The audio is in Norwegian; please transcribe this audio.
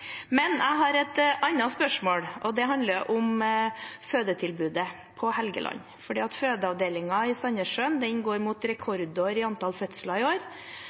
Men jeg har et annet spørsmål. Det handler om fødetilbudet på Helgeland, for på fødeavdelingen i Sandnessjøen går det mot rekordår i antall fødsler.